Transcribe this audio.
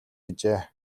гэжээ